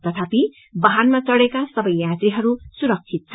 तथापि वाहनमा चढ़ेका सबै यात्रीहरू सुरक्षित छन्